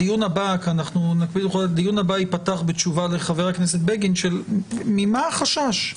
הדיון הבא ייפתח בתשובה לחבר הכנסת בגין של ממה החשש,